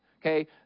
Okay